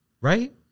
right